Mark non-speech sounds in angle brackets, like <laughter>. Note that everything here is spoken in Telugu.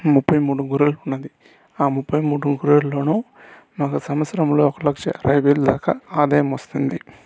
ముప్పై మూడు <unintelligible> ఆ ముప్పై మూడు వార్లను మళ్ళా సంవత్సరంలో ఒక లక్ష అరవై వేలు దాకా ఆదాయం వస్తుంది